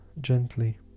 gently